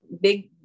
big